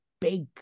big